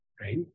right